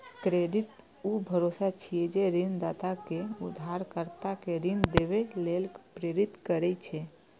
credit ऊ भरोसा छियै, जे ऋणदाता कें उधारकर्ता कें ऋण देबय लेल प्रेरित करै छै